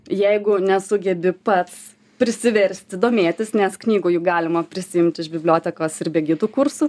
jeigu nesugebi pats prisiversti domėtis nes knygų juk galima prisiimt iš bibliotekos ir be gidų kursų